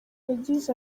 yagize